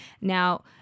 Now